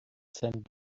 sent